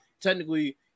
technically